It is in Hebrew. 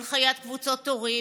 הנחיית קבוצות הורים,